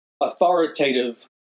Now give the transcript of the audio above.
authoritative